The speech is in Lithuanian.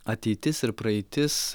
ateitis ir praeitis